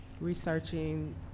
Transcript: Researching